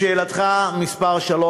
לשאלתך מס' 3: